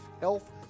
health